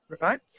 Right